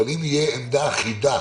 אבל אם תהיה עמדה אחידה